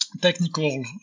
technical